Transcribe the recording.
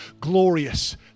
glorious